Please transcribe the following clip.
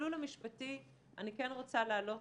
במסלול המשפטי אני כן רוצה להעלות